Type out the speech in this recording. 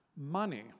money